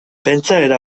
pentsaera